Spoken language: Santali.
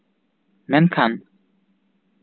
ᱢᱮᱱᱠᱷᱟᱱ